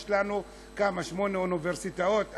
יש לנו שמונה אוניברסיטאות,